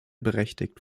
berechtigt